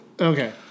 Okay